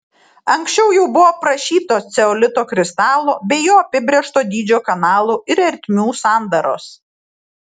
anksčiau jau buvo aprašytos ceolito kristalo bei jo apibrėžto dydžio kanalų ir ertmių sandaros